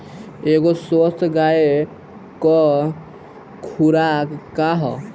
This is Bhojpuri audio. एगो स्वस्थ गाय क खुराक का ह?